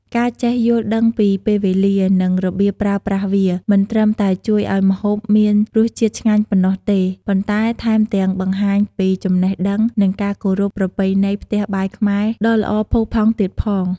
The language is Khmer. ការចេះយល់ដឹងពីពេលវេលា និងរបៀបប្រើប្រាស់វា មិនត្រឹមតែជួយឲ្យម្ហូបមានរសជាតិឆ្ងាញ់ប៉ុណ្ណោះទេ ប៉ុន្តែថែមទាំងបង្ហាញពីចំណេះដឹង និងការគោរពប្រពៃណីផ្ទះបាយខ្មែរដ៏ល្អផូរផង់ទៀតផង។